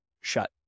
shut